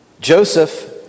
Joseph